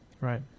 Right